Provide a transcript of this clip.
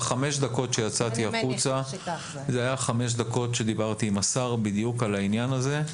בחמש הדקות שיצאתי החוצה זו הייתה שיחה עם השר בדיוק על העניין הזה.